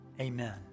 Amen